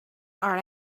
are